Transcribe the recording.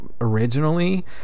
originally